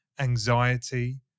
anxiety